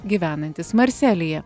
gyvenantis marselyje